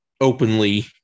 openly